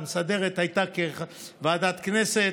המסדרת הייתה כוועדת הכנסת,